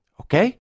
Okay